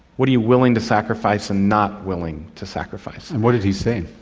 what are you willing to sacrifice and not willing to sacrifice? and what did he say?